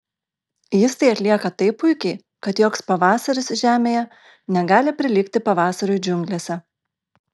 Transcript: jis tai atlieka taip puikiai kad joks pavasaris žemėje negali prilygti pavasariui džiunglėse